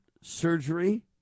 surgery